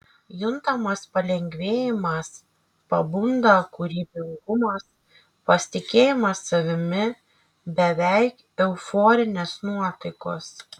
juntamas palengvėjimas pabunda kūrybingumas pasitikėjimas savimi beveik euforinės nuotaikos